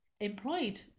employed